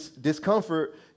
discomfort